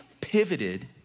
pivoted